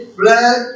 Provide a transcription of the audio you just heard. black